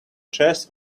chest